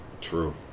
True